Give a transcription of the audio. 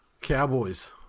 Cowboys